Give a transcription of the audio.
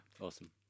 Awesome